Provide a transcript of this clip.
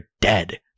dead